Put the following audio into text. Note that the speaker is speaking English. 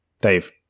Dave